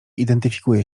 identyfikuje